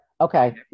Okay